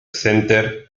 center